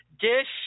dish